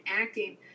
acting